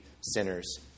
sinners